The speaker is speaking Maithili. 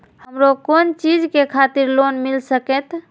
हमरो कोन चीज के खातिर लोन मिल संकेत?